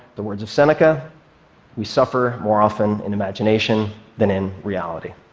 the words of seneca we suffer more often in imagination than in reality.